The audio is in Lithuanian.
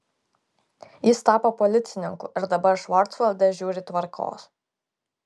jis tapo policininku ir dabar švarcvalde žiūri tvarkos